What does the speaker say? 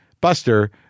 Buster